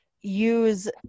use